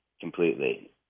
completely